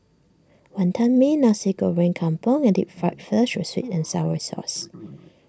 Wantan Mee Nasi Goreng Kampung and Deep Fried Fish with Sweet and Sour Sauce